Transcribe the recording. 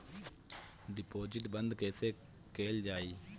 Deposit बंद कैसे कैल जाइ?